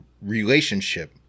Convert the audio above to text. relationship